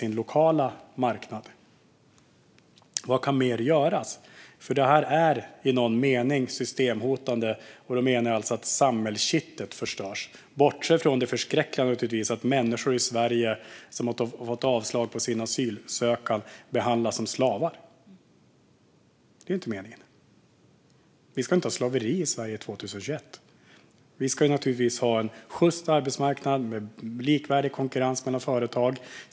Vad kan mer göras? Det här är i någon mening systemhotande. Då menar jag alltså att samhällskittet förstörs, bortsett från det förskräckliga naturligtvis att människor i Sverige som har fått avslag på sin asylansökan behandlas som slavar. Det är ju inte meningen. Vi ska inte ha slaveri i Sverige 2021. Vi ska naturligtvis ha en sjyst arbetsmarknad med likvärdig konkurrens mellan företag.